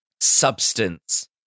substance